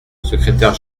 secrétaire